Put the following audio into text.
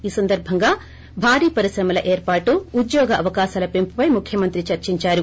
ఈ సందర్బంగా భారీ పరిశ్రమల ఏర్పాటు ఉద్యోగ అవకాశాల పెంపుపై ముఖ్యమంత్రి చర్చిందారు